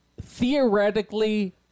theoretically